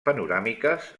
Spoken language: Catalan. panoràmiques